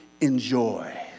enjoy